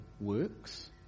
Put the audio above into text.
works